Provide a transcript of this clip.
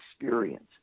experience